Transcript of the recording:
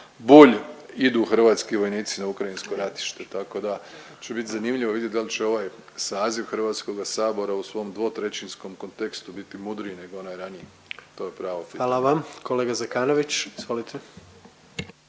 Bulj idu hrvatski vojnici na ukrajinsko ratište, tako da će bit zanimljivo vidjet dal će ovaj saziv HS u svom dvotrećinskom kontekstu biti mudriji nego onaj raniji, to …/Govornik se ne